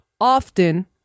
Often